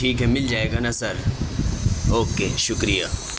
ٹھیک ہے مل جائے گا نا سر اوکے شکریہ